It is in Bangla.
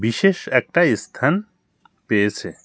বিশেষ একটা স্থান পেয়েছে